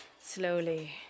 Slowly